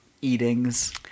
eatings